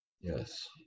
Yes